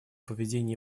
поведение